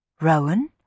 Rowan